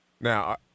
Now